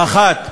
האחת,